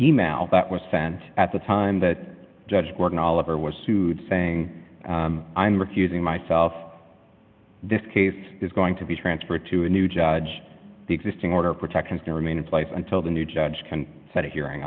e mail that was sent at the time that judge gordon oliver was sued saying i'm refusing myself this case is going to be transferred to a new judge the existing order protections to remain in place until the new judge can set a hearing